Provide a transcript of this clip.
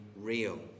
real